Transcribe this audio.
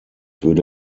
würde